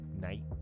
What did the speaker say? night